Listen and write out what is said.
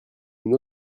une